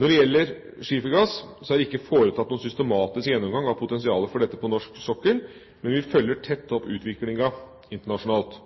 Når det gjelder skifergass, er det ikke foretatt noen systematisk gjennomgang av potensialet for dette på norsk sokkel, men vi følger tett opp utviklingen internasjonalt.